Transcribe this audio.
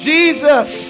Jesus